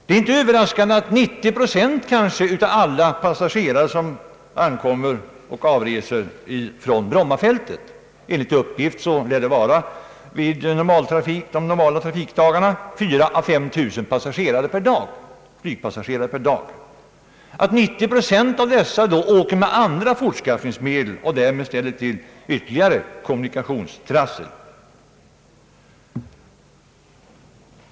Det är inte överras kande att kanske 90 procent av alla passagerare som ankommer till och avreser från Brommafältet — enligt uppgift lär det vid normaltrafik vara 4 000 —5 000 flygpassagerare per dag — åker med andra fortskaffningsmedel och därmed ställer till ytterligare kommunikationstrassel.